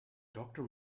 doctor